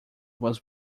was